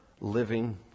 living